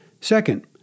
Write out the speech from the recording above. Second